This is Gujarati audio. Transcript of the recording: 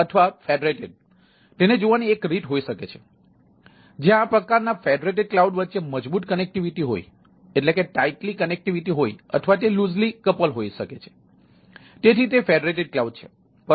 તેથી તે ફેડરેટેડ ક્લાઉડ છે પરંતુ તે લૂસલી કપલ સિસ્ટમ્સ છે